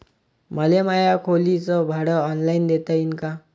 मले माया खोलीच भाड ऑनलाईन देता येईन का?